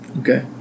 Okay